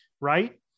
right